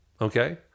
okay